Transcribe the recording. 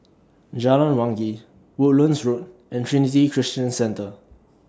Jalan Wangi Woodlands Road and Trinity Christian Centre